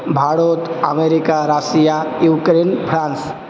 Bharat America Russia Ukraine France